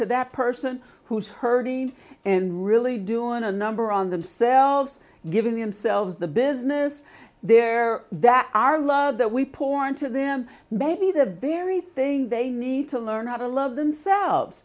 to that person who's hurting and really doing a number on themselves given themselves the business there that our love that we pour into them may be the very thing they need to learn how to love themselves